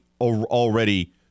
already